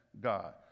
God